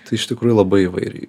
tai iš tikrųjų labai įvairiai